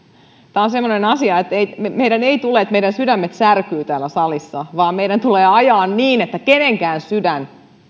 tämä on semmoinen asia että meidän ei tule toimia niin että meidän sydämemme särkyvät täällä salissa vaan meidän tulee ajaa niin että kenenkään sydän